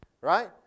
right